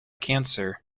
cancer